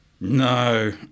No